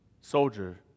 soldier